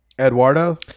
Eduardo